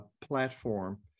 platform